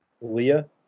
Leah